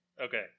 Okay